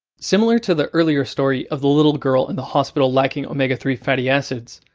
similar to the earlier story of the little girl in the hospital lacking omega three fatty acids,